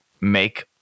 make